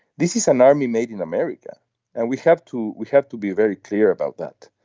this is an army made in america and we have to we have to be very clear about that.